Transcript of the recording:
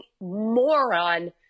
moron